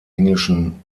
englischen